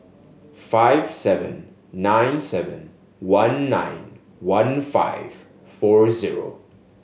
five seven nine seven one nine one five four zero